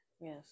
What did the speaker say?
Yes